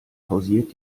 pausiert